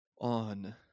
On